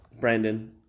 brandon